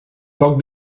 poc